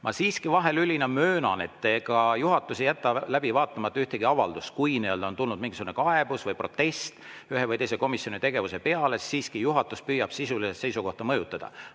seda vahelüli, et ega juhatus ei jäta läbi vaatamata ühtegi avaldust. Kui on tulnud mingisugune kaebus või protest ühe või teise komisjoni tegevuse peale, siis juhatus püüab sisuliselt seisukohta mõjutada,